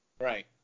Right